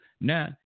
now